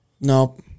Nope